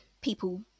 people